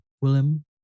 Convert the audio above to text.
Willem